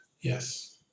Yes